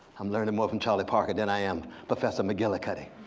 i'm learning more from charlie parker than i am professor mcgillicuddy.